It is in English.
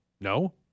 No